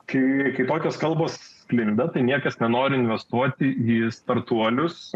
kai žinai kokios kalbos sklinda tai niekas nenori investuoti į startuolius